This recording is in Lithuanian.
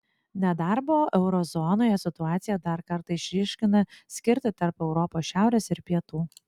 nedarbo euro zonoje situacija dar kartą išryškina skirtį tarp europos šiaurės ir pietų